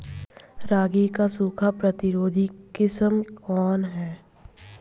रागी क सूखा प्रतिरोधी किस्म कौन ह?